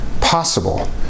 possible